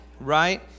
right